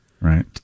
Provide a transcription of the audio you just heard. Right